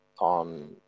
on